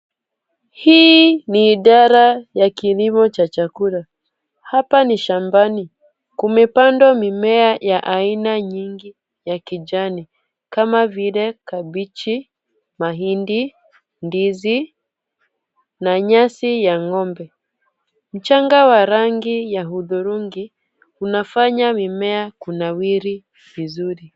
Hii ni idara ya kilimo cha chakula. Hapa ni shambani, kumepandwa mimea ya aina nyingi. Ya kijani, kama vile kabichi, mahindi, ndizi, na nyasi ya ng'ombe. Mchanga wa rangi ya hudhurungi unafanya mimea kunawiri vizuri.